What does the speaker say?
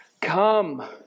come